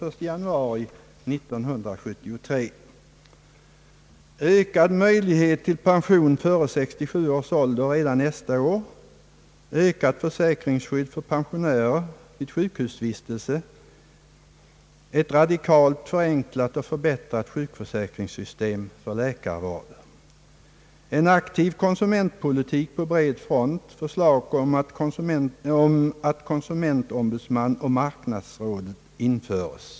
Ökad möjlighet till pension före 67 års ålder redan nästa år, ökat försäkringsskydd för pensionärer vid sjukhusvistelse, ett radikalt förenklat och förbättrat sjukförsäkringssystem för läkarvård. En aktiv konsumentpolitik på bred front, förslag om att konsumentombudsman och marknadsråd införes.